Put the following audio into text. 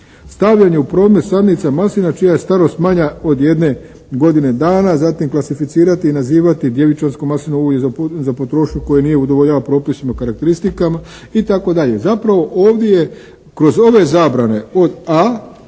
stavljanje u promet sadnica maslina čija je starost manja od jedne godine dana, zatim klasificirati i nazivati djevičansko maslinovo ulje za potrošnju koje nije udovoljilo propisima karakteristikama itd. Zapravo ovdje je kroz ove zabrane od a)